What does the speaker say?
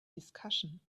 discussion